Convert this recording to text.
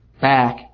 back